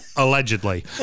Allegedly